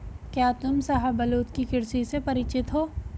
क्या तुम शाहबलूत की कृषि से परिचित हो?